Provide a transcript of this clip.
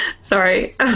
Sorry